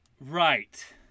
Right